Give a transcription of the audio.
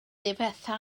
difetha